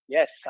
Yes